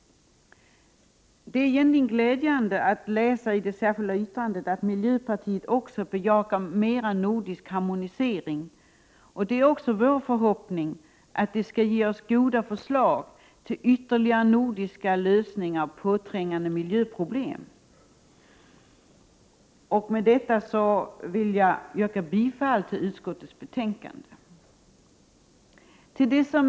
Det är egentligen glädjande att i det särskilda yttrandet nr 2 vid utrikesutskottets betänkande 11 läsa att miljöpartiet bejakar en ökad nordisk harmonisering. Vår förhoppning är att det skall komma goda förslag till flera nordiska lösningar av påträngande miljöproblem. Jag yrkar bifall till utskottets hemställan.